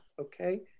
okay